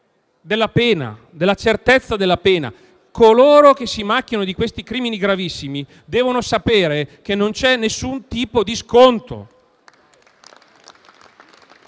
principio della certezza della pena: coloro che si macchiano di crimini gravissimi devono sapere che non c'è nessun tipo di sconto.